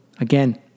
again